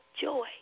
joy